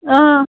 آ